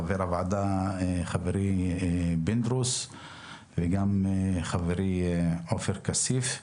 חבר הוועדה חברי יצחק פינדרוס וגם חברי עופר כסיף,